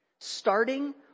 Starting